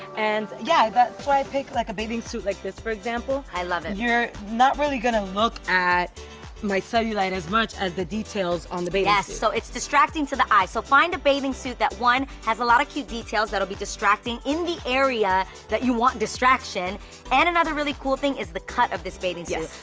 and yeah that's why i pick like a bathing suit like this for example. i love it. you're not really gonna look at my cellulite as much as the details on the bathing suit. yeah, so it's distracting to the eye, so find a bathing suit that one has a lot of cute details that'll be distracting in the area that you want distraction and another really cool thing is the cut of this bathing yeah